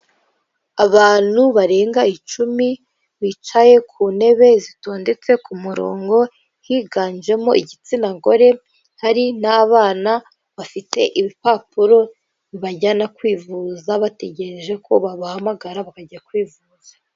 Abantu barenga icumi bicaye ku ntebe zitondetse ku murongo, higanjemo igitsina gore hari n'abana bafite ibipapuro bibajyana kwivuza . Bategereje ko babahamagara bakajya kwivuza.